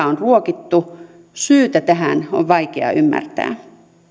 on ruokittu syytä tähän on vaikea ymmärtää